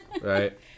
Right